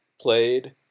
played